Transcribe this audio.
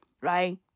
right